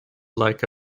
like